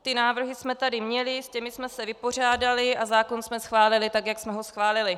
Ty návrhy jsme tady měli, s těmi jsme se vypořádali a zákon jsme schválili tak, jak jsme ho schválili.